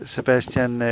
Sebastian